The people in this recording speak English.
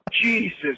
Jesus